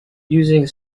using